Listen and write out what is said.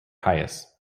caius